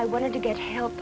i wanted to get help